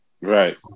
Right